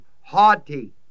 haughty